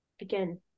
again